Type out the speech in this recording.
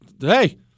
Hey